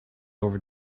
over